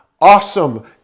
awesome